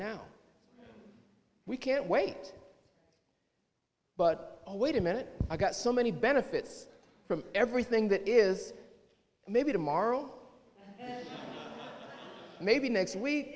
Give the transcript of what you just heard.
now we can't wait but oh wait a minute i got so many benefits from everything that is maybe tomorrow maybe next week